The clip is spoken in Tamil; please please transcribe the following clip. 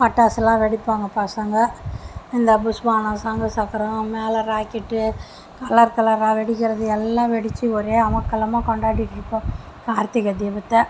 பட்டாசுலாம் வெடிப்பாங்க பசங்க இந்த புஸ்வானம் சங்கு சக்கரம் மேலே ராக்கெட்டு கலர் கலராக வெடிக்கிறது எல்லாமே வெடித்து ஒரே அமர்க்களமாக கொண்டாடிட்டு இருப்போம் கார்த்திகை தீபத்தை